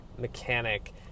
Mechanic